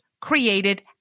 created